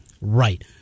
Right